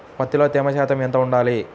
పత్తిలో తేమ శాతం ఎంత ఉండాలి?